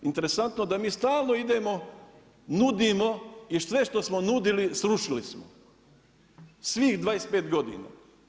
Interesantno da mi stalno idemo, nudimo i sve što smo nudili srušili smo svih 25 godina.